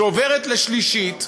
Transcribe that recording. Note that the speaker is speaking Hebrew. שעוברת לשלישית,